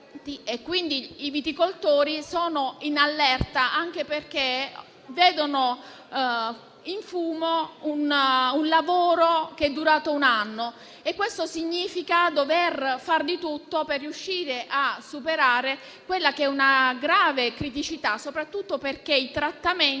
I viticoltori sono in allerta anche perché vedono andare in fumo un lavoro di un anno. Questo significa dover fare di tutto per riuscire a superare una grave criticità, soprattutto perché i trattamenti,